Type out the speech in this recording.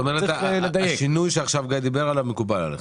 זאת אומרת שהשינוי שעכשיו גיא דיבר עליו מקובל עליכם.